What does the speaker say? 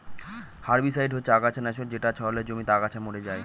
herbicide হচ্ছে আগাছা নাশক যেটা ছড়ালে জমিতে আগাছা মরে যায়